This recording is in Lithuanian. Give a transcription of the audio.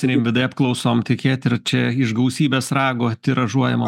rimvydai apklausom tikėt ir čia iš gausybės rago tiražuojama